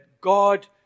God